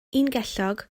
ungellog